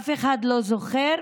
אף אחד לא זוכר,